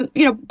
and you know.